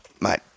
mate